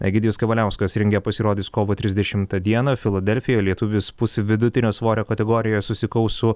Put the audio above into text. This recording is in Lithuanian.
egidijus kavaliauskas ringe pasirodys kovo trisdešimtą dieną filadelfijoje lietuvis pusvidutinio svorio kategorijoje susikaus su